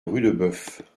rudebeuf